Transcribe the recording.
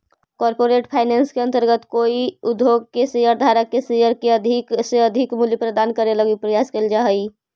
corporate finance के अंतर्गत कोई उद्योग के शेयर धारक के शेयर के अधिक से अधिक मूल्य प्रदान करे लगी प्रयास कैल जा हइ